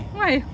why